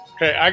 Okay